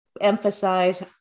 emphasize